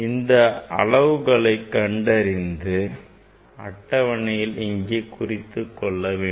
இந்த அளவுகளை கண்டறிந்து அட்டவணையில் இங்கே குறித்துக் கொள்ள வேண்டும்